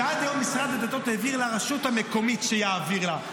שעד היום משרד הדתות העביר לרשות המקומית שתעביר לה,